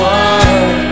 one